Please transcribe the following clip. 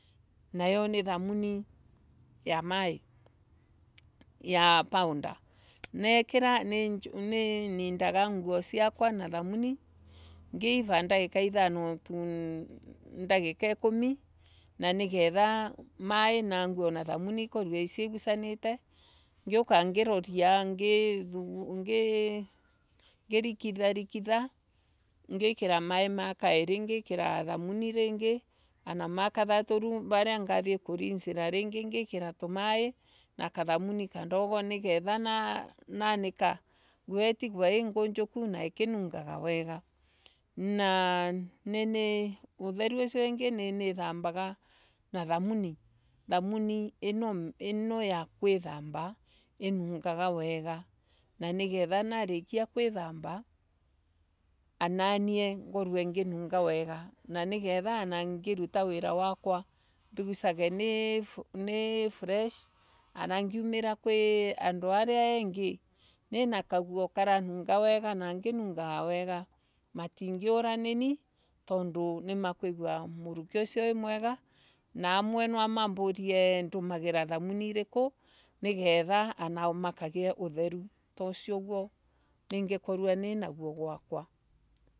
Nayo ni thamuni ya mai Ya powder Nikera nindiga nguo siaka na thamuni. Naiiva ithano to ikumi. Na nigetha mai na nguo na thamuni ikorwe igusanite. Ngirikitha ngikira mai ringi ana makathatu viu varia ngathie kalinsi na kathamuni kadogo ana nanika nwa itigwe ingunjuko na ikinungaga wega. Uthere usio wingi ninithambaga na thamani. Thamani iyo ya kuithamba inungaga wega. Na narikia kuithamba ngorwe ngununga wega no ana ngivuta wira wakwa mbigusaji ni fresh. Na ngiunira kwi andu aria engi nina kagwo nimakuiga nginunga wega na amwe nimamburie thamuni iriku. niguo makagia utheru tusio naguo gwakwa.